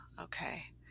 Okay